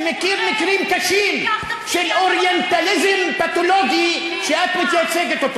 שמכיר מקרים קשים של אוריינטליזם פתולוגי שאת מייצגת.